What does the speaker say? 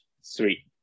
Sweet